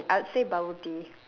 I would say bubble tea